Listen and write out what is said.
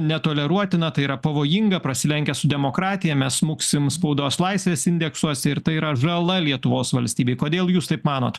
netoleruotina tai yra pavojinga prasilenkia su demokratija mes smuksim spaudos laisvės indeksuose ir tai yra žala lietuvos valstybei kodėl jūs taip manot